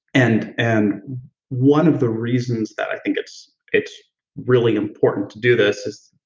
and and one of the reasons that i think it's it's really important to do this is,